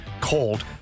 cold